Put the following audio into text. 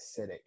acidic